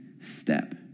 step